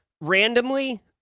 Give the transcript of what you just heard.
randomly